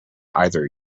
either